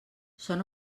sona